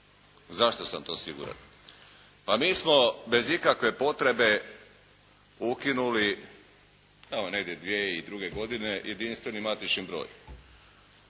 Zašto sam to siguran? Pa mi smo bez ikakve potrebe ukinuli tamo negdje 2002. godine jedinstveni matični broj.